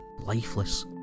lifeless